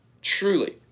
truly